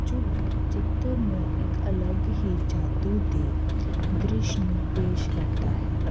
ਜੋ ਚਿੱਤਰ ਨੂੰ ਇੱਕ ਅਲੱਗ ਹੀ ਜਾਦੂ ਦੇ ਦ੍ਰਿਸ਼ ਨੂੰ ਪੇਸ਼ ਕਰਦਾ ਹੈ